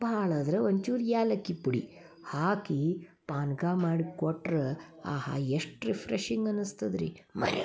ಭಾಳಾದ್ರೆ ಒಂಚೂರು ಏಲಕ್ಕಿ ಪುಡಿ ಹಾಕಿ ಪಾನಕ ಮಾಡಿಕೊಟ್ರು ಆಹಾ ಎಷ್ಟು ರಿಫ್ರೆಶಿಂಗ್ ಅನಸ್ತದೆ ರೀ ಮಜಾ